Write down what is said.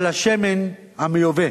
על השמן המיובא,